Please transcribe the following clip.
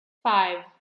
five